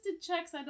checks